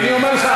אני אומר לך,